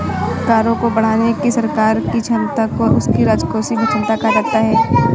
करों को बढ़ाने की सरकार की क्षमता को उसकी राजकोषीय क्षमता कहा जाता है